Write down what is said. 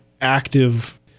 active